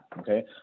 Okay